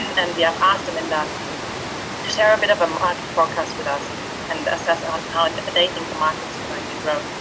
and we um asked them that and to share a bit of a market forecast with us and assess ah um how they think the market is going to grow.